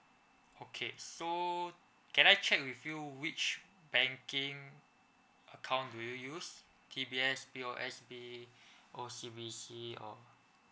okay so can I check with you which banking account do you use P_B_S P_O_S_B O_C_B_C or